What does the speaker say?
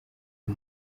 uyu